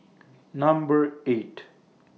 Number eight